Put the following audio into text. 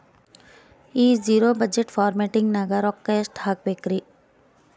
ಈ zero budget farming ನಾಗ್ ರೊಕ್ಕ ಎಷ್ಟು ಹಾಕಬೇಕರಿ?